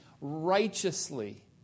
Righteously